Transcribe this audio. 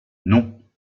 non